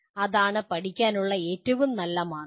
അതാണ് പഠിക്കാനുള്ള ഏറ്റവും നല്ല മാർഗം